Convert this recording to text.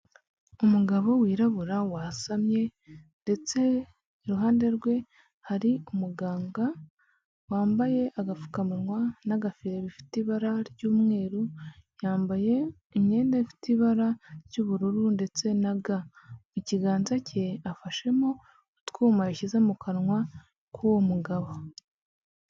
Umugabo wirabura wasamye ndetse iruhande rwe hari umuganga, wambaye agapfukamunwa n'agaferi bifite ibara ry'umweru, yambaye imyenda ifite ibara ry'ubururu, ndetse na ga mu kiganza cye afashemo utwuma yashyize mu kanwa, k'uwo mugabo.